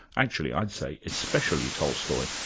actually i'd say, especially tolstoy,